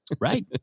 right